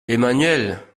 emmanuelle